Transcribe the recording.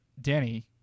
Danny